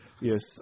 Yes